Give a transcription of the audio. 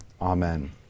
Amen